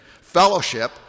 fellowship